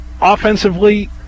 Offensively